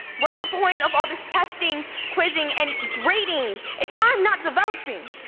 what's the point of all this testing, quizzing and grading if i'm not developing?